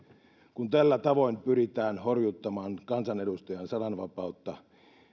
kun tällä tavoin pyritään horjuttamaan kansanedustajan sananvapautta